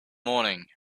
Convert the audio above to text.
morning